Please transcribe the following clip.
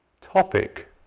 topic